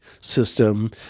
system